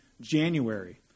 January